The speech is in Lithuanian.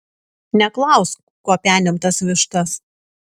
neklausk kuo penim tas vištas